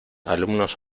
alumnos